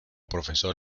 profesor